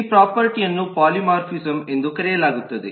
ಈ ಪ್ರಾಪರ್ಟಿ ಯನ್ನು ಪಾಲಿಮಾರ್ಫಿಸಂ ಎಂದು ಕರೆಯಲಾಗುತ್ತದೆ